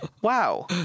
wow